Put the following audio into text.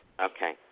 Okay